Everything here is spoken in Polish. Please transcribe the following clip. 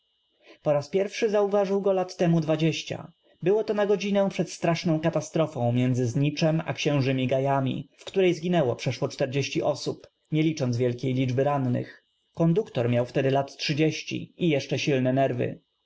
o raz pierw szy zauważył go lat temu dwadzieścia byłoto na godzinę przed straszną k atastro fą między zniczem a księżymi gajam i w której zginęło przeszłości osób nie licząc wielkiej liczby rannych k onduktor miał w tedy lat trzydzieści i jeszcze silne nerw